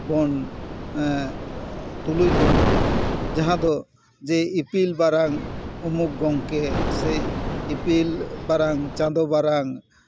ᱵᱚᱱ ᱛᱩᱞᱩᱡ ᱜᱚᱫ ᱠᱚᱣᱟ ᱡᱟᱦᱟᱸ ᱫᱚ ᱡᱮ ᱤᱯᱤᱞ ᱵᱟᱨᱟᱝ ᱩᱢᱩᱠ ᱜᱚᱝᱠᱮ ᱥᱮ ᱤᱯᱤᱞ ᱵᱟᱨᱟᱝ ᱪᱟᱸᱫᱚ ᱵᱟᱨᱟᱝ